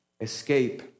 escape